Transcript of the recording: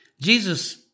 Jesus